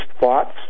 thoughts